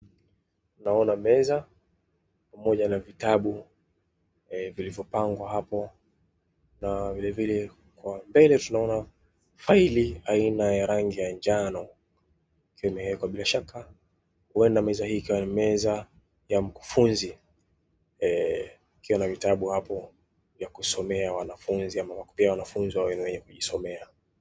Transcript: Noona meza pamoja na vitabu vilivyopangwa hapo na vilevile kwa mbele tunaona faili aina ya rangi ya njano ikiwa imeekwa, bila shaka huenda meza hi ikawa meza ya mkufunzi ikiwa na vitabu hapo vya kusomea ya wanafunzi ama ya kupea wanafunzi waweze kuvisomea.